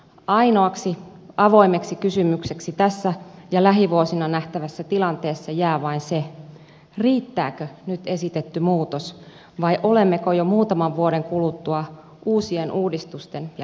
ainoaksi avoimeksi kysymykseksi tässä ja lähivuosina nähtävässä tilanteessa jää vain se riittääkö nyt esitetty muutos vai olemmeko jo muutaman vuoden kuluttua uusien uudistusten ja leikkausten tiellä